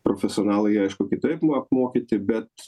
profesionalai aišku kitaip apmokyti bet